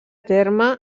terme